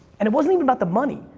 and it wasn't even about the money.